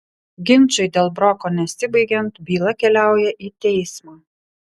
ginčui dėl broko nesibaigiant byla keliauja į teismą